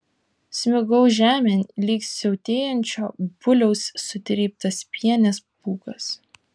smigau žemėn lyg siautėjančio buliaus sutryptas pienės pūkas